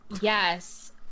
Yes